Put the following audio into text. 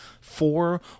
four